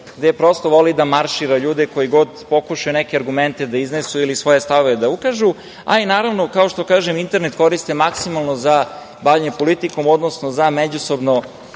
gde prosto voli da maršira ljude koji god pokušaju neke argumente da iznesu ili svoje stavove da ukažu. Naravno, internet koriste maksimalno za bavljenje politikom, odnosno za međusobno